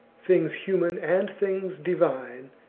things human and things divine,